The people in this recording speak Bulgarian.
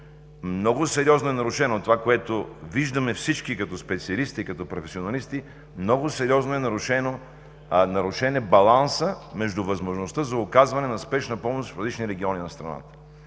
много сериозно е нарушено това, което виждаме всички като специалисти и професионалисти – нарушен е балансът между възможността за оказване на спешна помощ в различни региони на страната.